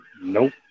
Nope